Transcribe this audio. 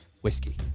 whiskey